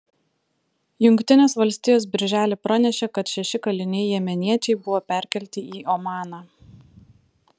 jungtinės valstijos birželį pranešė kad šeši kaliniai jemeniečiai buvo perkelti į omaną